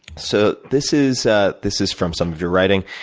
so, this is ah this is from some of your writing.